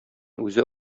үзе